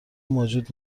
موجود